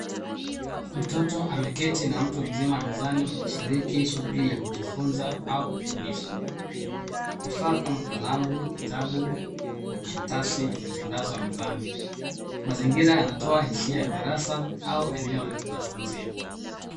Mtoto ameketi na mtu mzima mezani wakishiriki shughuli ya kujifunza au ubunifu. Vifaa kama kalamu, vitabu na karatasi imetandazwa mezani. Mazingira yanatoa hisia ya darasa au eneo la kujifunzia.